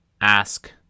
ask